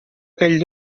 aquell